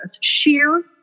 sheer